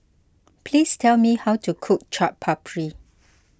please tell me how to cook Chaat Papri